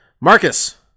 Marcus